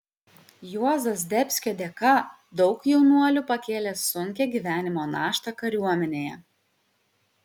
juozo zdebskio dėka daug jaunuolių pakėlė sunkią gyvenimo naštą kariuomenėje